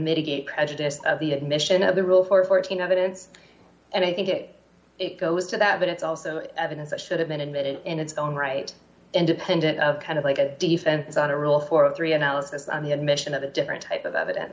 mitigate prejudice of the admission of the rule for fourteen evidence and i think it goes to that but it's also evidence that should have been admitted in its own right independent of kind of like a defense on a rule for a three analysis and the admission of a different type of evidence